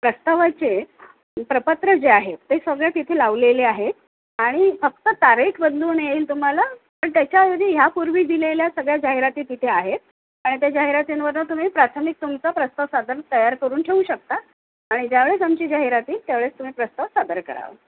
प्रस्तावाचे प्रपत्र जे आहे ते सगळे तिथे लावलेले आहेत आणि फक्त तारीख बदलून येईल तुम्हाला पण त्याच्या आधी ह्या पूर्वी दिलेल्या सगळ्या जाहिराती तिथे आहेत आणि त्या जाहिरातींवरून तुम्ही प्राथमिक तुमचा प्रस्ताव सादर तयार करून ठेवू शकता आणि ज्यावेळेस आमची जाहिरात येईल त्यावेळेस तुम्ही प्रस्ताव सादर करावा